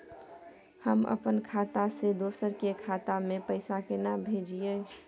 हम अपन खाता से दोसर के खाता में पैसा केना भेजिए?